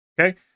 Okay